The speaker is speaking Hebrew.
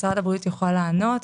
משרד הבריאות יוכל לענות.